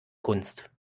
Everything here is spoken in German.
kunst